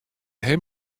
him